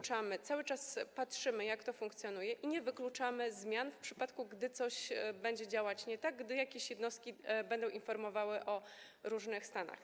Cały czas patrzymy, jak to funkcjonuje, i nie wykluczamy zmian, w przypadku gdy coś będzie działać nie tak, gdy jakieś jednostki będą informowały o różnych stanach.